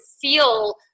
feel